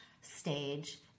stage